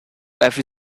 have